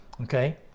Okay